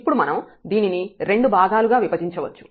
ఇప్పుడు మనం దీనిని రెండు భాగాలుగా విభజించవచ్చు